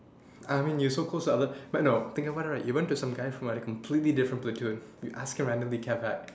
I mean you so close to other but no think about it right you went to some guy from a completely different platoon you ask him randomly cab back